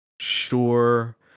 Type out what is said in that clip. Sure